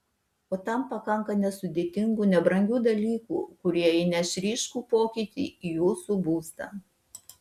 o tam pakanka nesudėtingų nebrangių dalykų kurie įneš ryškių pokyčių į jūsų būstą